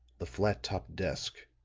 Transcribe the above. the flat-topped desk.